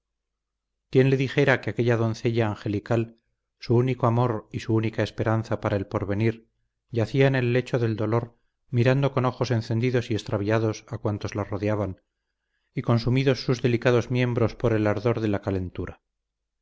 quién le dijera que aquella doncella angelical su único amor y su única esperanza para el porvenir yacía en el lecho del dolor mirando con ojos encendidos y extraviados a cuantos la rodeaban y consumidos sus delicados miembros por el ardor de la calentura